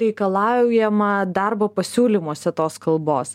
reikalaujama darbo pasiūlymuose tos kalbos